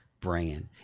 brand